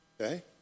Okay